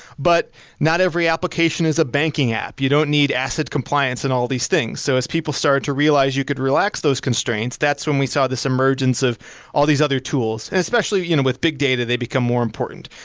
but not every application is a banking app. you don't need acid compliance and all these things so as people started to realize you could relax those constraints, that's when i saw this emergence of all these other tools. especially, you know with big data, they become more important.